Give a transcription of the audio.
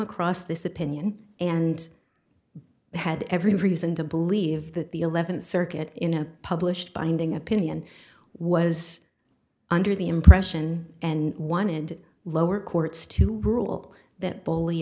across this opinion and had every reason to believe that the eleventh circuit in a published binding opinion was under the impression and wanted lower courts to rule that